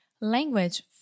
Language